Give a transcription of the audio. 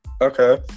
Okay